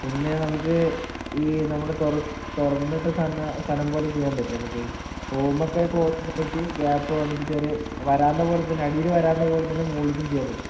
പിന്നെ നമുക്ക് ഈ നമ്മുടെ തുറ തുറന്നിട്ട സ്ഥന സ്ഥലം പോലെ ചെയ്യാൻ പറ്റില്ലേ നമുക്ക് റൂമൊക്കെ ക്ലോസ്ഡ് ആയിട്ട് ഗ്യാപ് വന്നിട്ട് ചെറിയ വരാന്ത പോലെത്തന്നെ അടിയിൽ വരാന്ത പോല തന്നെ മുകളിലേക്കും ചെയ്യാൻ പറ്റുമോ